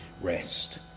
rest